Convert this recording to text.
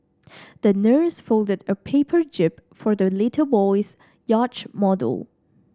the nurse folded a paper jib for the little boy's yacht model